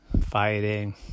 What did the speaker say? fighting